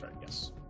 Yes